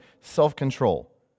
self-control